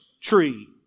tree